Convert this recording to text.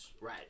right